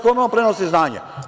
Kome on prenosi znanje?